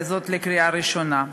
לקריאה ראשונה.